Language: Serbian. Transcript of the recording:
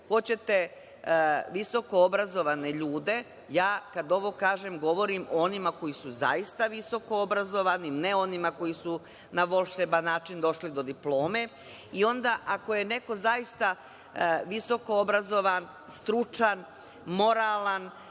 hoćete visoko obrazovane ljude. Kada ovo kažem, govorim o onima koji su zaista visoko obrazovani, a ne o onima koji su na volšeban način došli do diplome. Ako je neko zaista visoko obrazovan, stručan, moralan,